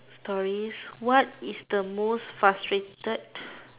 stories what is the most frustrated